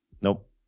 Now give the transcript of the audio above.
Nope